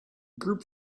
group